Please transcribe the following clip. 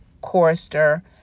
chorister